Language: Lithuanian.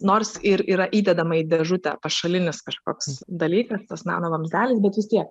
nors ir yra įdedama į dėžutę pašalinis kažkoks dalykas tas nano vamzdelis bet vis tiek